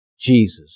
Jesus